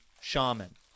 shaman